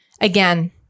again